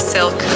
Silk